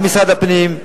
גם משרד הפנים,